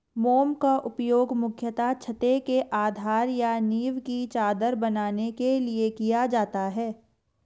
मोम का उपयोग मुख्यतः छत्ते के आधार या नीव की चादर बनाने के लिए किया जाता है